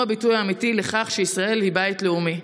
הוא הביטוי האמיתי לכך שישראל היא בית לאומי.